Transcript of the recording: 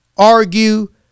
argue